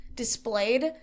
Displayed